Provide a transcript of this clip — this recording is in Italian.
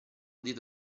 dito